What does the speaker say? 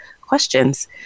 questions